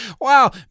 wow